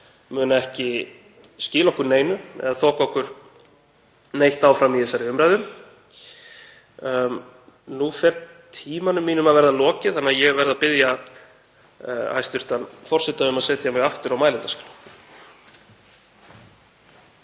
mun ekki skila okkur neinu eða þoka okkur neitt áfram í þessari umræðu. Nú fer tíma mínum að verða lokið þannig að ég verð að biðja hæstv. forseta um að setja mig aftur á mælendaskrá.